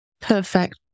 Perfect